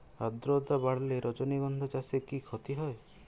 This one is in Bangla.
আদ্রর্তা বাড়লে রজনীগন্ধা চাষে কি ক্ষতি হয়?